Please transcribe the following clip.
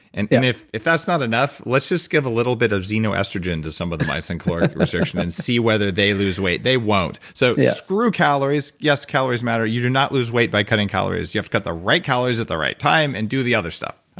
and and if if that's not enough, let's just give a little bit of xenoestrogen to some of the mice in caloric restriction and see whether they lose weight. they won't, so yeah screw calories. yes, calories matter. you do not lose weight by cutting calories. you have to cut the right calories at the right time and do the other stuff.